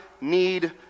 need